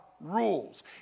rules